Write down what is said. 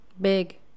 big